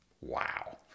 Wow